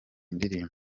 ndirimbo